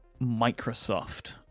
Microsoft